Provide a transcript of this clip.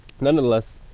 nonetheless